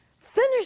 Finish